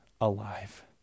alive